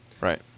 Right